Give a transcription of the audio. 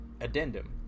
Addendum